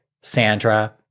Sandra